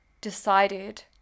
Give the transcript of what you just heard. decided